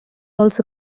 also